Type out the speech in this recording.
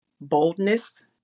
boldness